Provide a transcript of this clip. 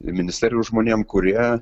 ministerijų žmonėm kurie